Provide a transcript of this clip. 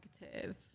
negative